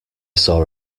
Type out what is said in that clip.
saw